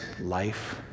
life